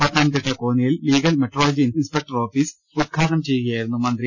പത്തനംതിട്ട കോന്നിയിൽ legal metrology inspector office ഉദ്ഘാടനം ചെയ്യുകയായിരുന്നു അദ്ദേഹം